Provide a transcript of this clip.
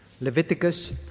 Leviticus